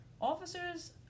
Officers